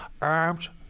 armed